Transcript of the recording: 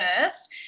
first